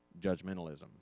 judgmentalism